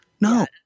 No